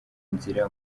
nzira